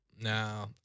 no